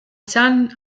san